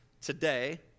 Today